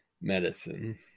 medicine